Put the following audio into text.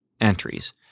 entries